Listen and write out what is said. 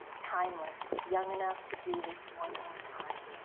timeless, young enough to do this one more time,